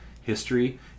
history